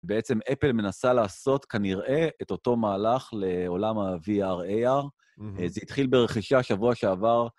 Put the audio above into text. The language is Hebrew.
בעצם אפל מנסה לעשות, כנראה, את אותו מהלך לעולם ה-VR, AR. זה התחיל ברכישה שבוע שעבר.